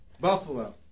Buffalo